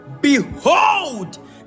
behold